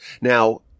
Now